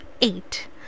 eight